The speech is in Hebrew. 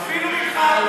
אפילו,